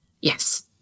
Yes